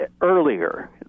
earlier